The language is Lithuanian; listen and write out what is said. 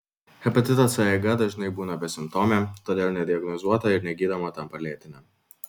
hepatito c eiga dažnai būna besimptomė todėl nediagnozuota ir negydoma tampa lėtine